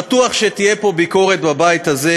בטוח שתהיה פה ביקורת בבית הזה,